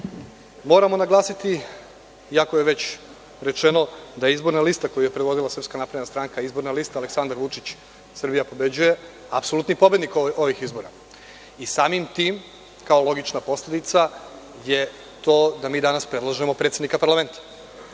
moramo naglasiti, iako je već rečeno, da izborna lista koju je predvodila SNS, izborna lista „Aleksandar Vučić – Srbija pobeđuje“, apsolutni je pobednik ovih izbora i samim tim, kao logična posledica, je to da mi danas predlažemo predsednika parlamenta.